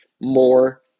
more